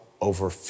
over